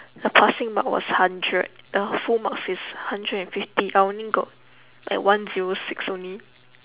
the passing mark was hundred the full marks is hundred and fifty I only got like one zero six only